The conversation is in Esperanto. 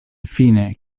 fine